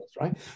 right